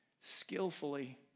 skillfully